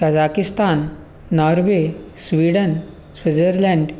Kazakhstan Norway Sweden Switzerland